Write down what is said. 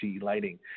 Lighting